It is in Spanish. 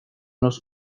los